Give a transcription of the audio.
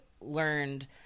learned